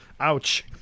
Ouch